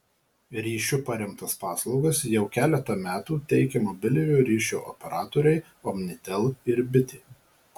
ryšiu paremtas paslaugas jau keletą metų teikia mobiliojo ryšio operatoriai omnitel ir bitė